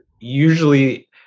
usually